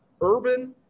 Urban